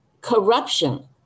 corruption